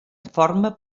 forma